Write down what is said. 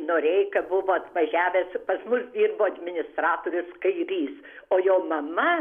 noreika buvo atvažiavęs pas mus dirbo administratorius kairys o jo mama